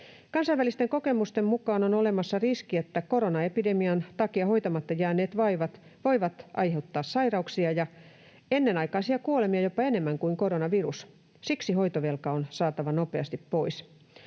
Kansainvälisten kokemusten mukaan on olemassa riski, että koronaepidemian takia hoitamatta jääneet vaivat voivat aiheuttaa sairauksia ja ennenaikaisia kuolemia jopa enemmän kuin koronavirus. Siksi hoitovelka on saatava nopeasti pois.